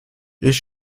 ich